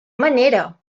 manera